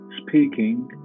speaking